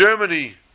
Germany